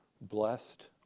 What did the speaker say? Blessed